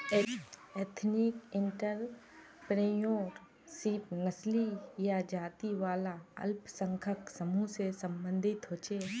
ethnic entrepreneurship नस्ली या जाती वाला अल्पसंख्यक समूह से सम्बंधित होछे